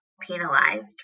penalized